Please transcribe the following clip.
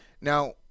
Now